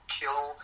kill